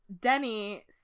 denny